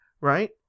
Right